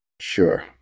Sure